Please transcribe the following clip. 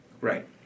Right